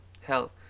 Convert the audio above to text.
Hell